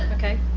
ok.